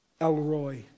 Elroy